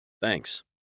Thanks